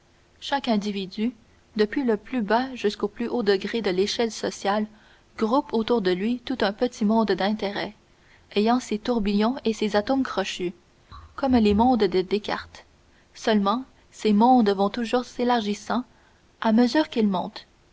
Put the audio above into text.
chaque individu depuis le plus bas jusqu'au plus haut degré de l'échelle sociale groupe autour de lui tout un petit monde d'intérêts ayant ses tourbillons et ses atomes crochus comme les mondes de descartes seulement ces mondes vont toujours s'élargissant à mesure qu'ils montent